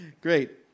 Great